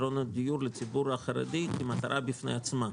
פתרונות דיור לציבור החרדי כמטרה בפני עצמה,